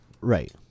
Right